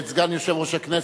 את סגן יושב-ראש הכנסת,